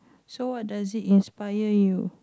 so what does he inspire you